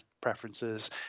preferences